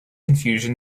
confusion